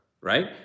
right